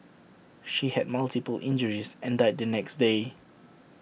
she had multiple injuries and died the next day